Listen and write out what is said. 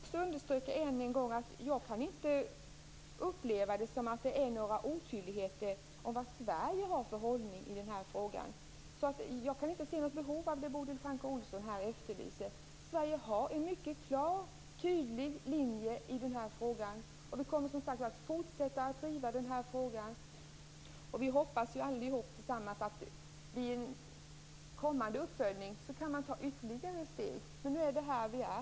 Fru talman! Jag vill än en gång understryka att jag inte upplever det som att det är några otydligheter om vad Sverige har för hållning i den här frågan. Jag kan inte se något behov av det Bodil Francke Ohlsson här efterlyser. Sverige har en mycket klar och tydlig linje i den här frågan. Vi kommer att fortsätta att driva den här frågan. Vi hoppas allihop tillsammans att man kan ta ytterligare steg vid en kommande uppföljning. Men nu är det här vi är.